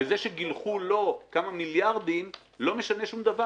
וזה שגילחו לו כמה מיליארדים לא משנה שום דבר